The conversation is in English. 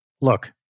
Look